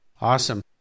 Awesome